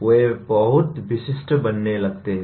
वे बहुत विशिष्ट बनने लगते हैं